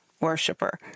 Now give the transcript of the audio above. worshiper